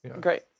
Great